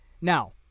Now